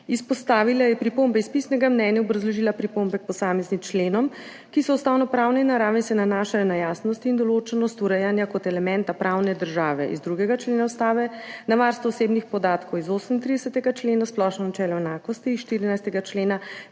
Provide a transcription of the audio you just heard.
Izpostavila je pripombe iz pisnega mnenja, obrazložila pripombe k posameznim členom, ki so ustavnopravne narave in se nanašajo na jasnost in določnost urejanja kot elementa pravne države iz 2. člena Ustave, na varstvo osebnih podatkov iz 38. člena, splošno načelo enakosti iz 14. člena